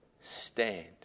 stand